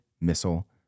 missile